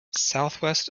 southwest